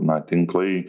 na tinklai